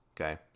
Okay